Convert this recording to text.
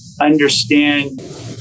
understand